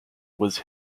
was